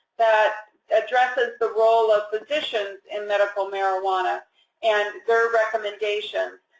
that addresses the role of physicians in medical marijuana and their recommendations.